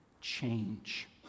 change